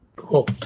Cool